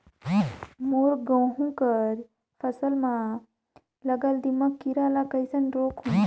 मोर गहूं कर फसल म लगल दीमक कीरा ला कइसन रोकहू?